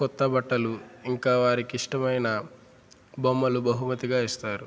కొత్త బట్టలు ఇంకా వారికిష్టమైన బొమ్మలు బహుమతిగా ఇస్తారు